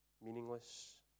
meaningless